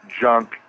junk